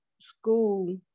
school